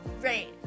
great